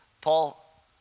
Paul